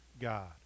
God